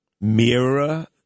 Mirror